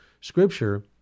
scripture